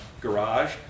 garage